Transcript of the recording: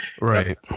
Right